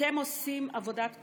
אתם עושים עבודת קודש.